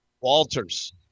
Walters